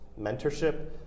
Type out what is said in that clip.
mentorship